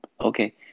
okay